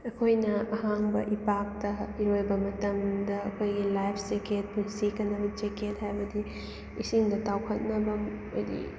ꯑꯩꯈꯣꯏꯅ ꯑꯍꯥꯡꯕ ꯏꯄꯥꯛꯇ ꯏꯔꯣꯏꯕ ꯃꯇꯝꯗ ꯑꯩꯈꯣꯏꯒꯤ ꯂꯥꯏꯞ ꯖꯦꯀꯦꯠ ꯄꯨꯟꯁꯤ ꯀꯟꯅꯕ ꯖꯦꯀꯦꯠ ꯍꯥꯏꯕꯗꯤ ꯏꯁꯤꯡꯗ ꯇꯥꯎꯈꯠꯅꯕ ꯍꯥꯏꯗꯤ